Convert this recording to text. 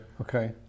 okay